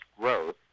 growth